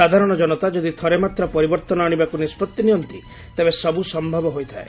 ସାଧାରଣ ଜନତା ଯଦି ଥରେ ମାତ୍ର ପରିବର୍ତ୍ତନ ଆଶିବାକୁ ନିଷ୍ପତ୍ତି ନିଅନ୍ତି ତେବେ ସବ୍ ସମ୍ଭବ ହୋଇଥାଏ